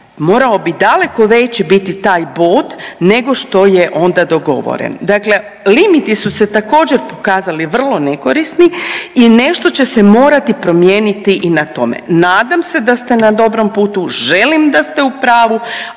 morao bi daleko veći biti taj bod nego što je onda dogovoren. Dakle, limiti su se također pokazali vrlo nekorisni i nešto će se morati promijeniti i na tome. Nadam se da ste na dobrom putu, želim da ste u pravu,